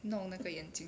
弄那个眼睛